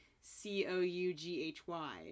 c-o-u-g-h-y